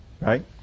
Right